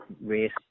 race